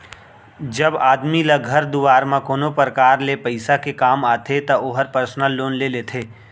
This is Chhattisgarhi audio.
जब आदमी ल घर दुवार म कोनो परकार ले पइसा के काम आथे त ओहर पर्सनल लोन ले लेथे